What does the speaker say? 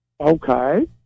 Okay